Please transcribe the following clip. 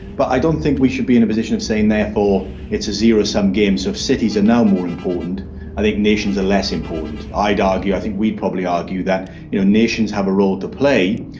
but i don't think we should be in a position of saying therefore it's a zero-sum game, so if cities are now more important i think nations are less important. i'd argue, i think we'd probably argue that you know nations have a role to play,